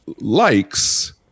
likes